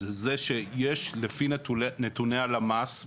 זה שלפי נתוני הלמ"ש,